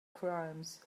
crimes